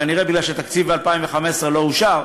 כנראה משום שהתקציב ל-2015 לא אושר,